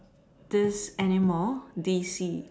this animal DC